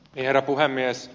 herra puhemies